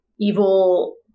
evil